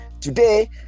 today